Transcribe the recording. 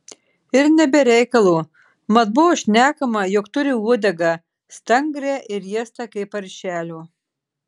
ir ne be reikalo mat buvo šnekama jog turi uodegą stangrią ir riestą kaip paršelio